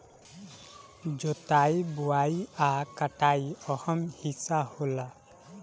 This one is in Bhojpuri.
जोताई बोआई आ कटाई अहम् हिस्सा होला